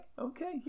okay